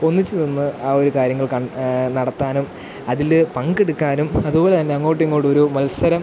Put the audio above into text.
ഒന്നിച്ചുനിന്ന് ആ ഒരു കാര്യങ്ങൾ ക നടത്താനും അതില് പങ്കെടുക്കാനും അതുപോലെ തന്നെ അങ്ങോട്ടിങ്ങോട്ടൊരു മത്സരം